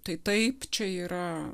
tai taip čia yra